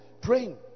praying